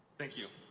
thank you.